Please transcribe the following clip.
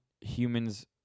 humans